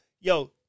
Yo